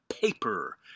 paper